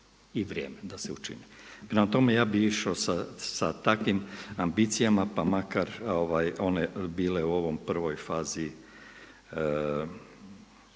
i vrijeme da se učini. Prema tome, ja bi išao sa takvim ambicijama pa makar one bile u ovoj prvoj fazi